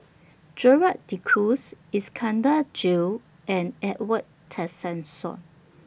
Gerald De Cruz Iskandar Jalil and Edwin Tessensohn